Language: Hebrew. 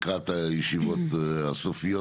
לקראת הישיבות הסופיות.